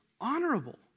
honorable